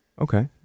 Okay